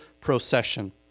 procession